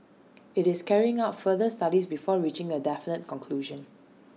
IT is carrying out further studies before reaching A definite conclusion